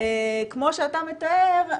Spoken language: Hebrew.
כמו שאתה מתאר,